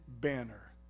banner